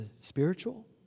spiritual